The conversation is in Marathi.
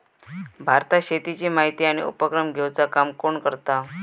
भारतात शेतीची माहिती आणि उपक्रम घेवचा काम कोण करता?